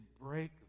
break